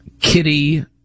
kitty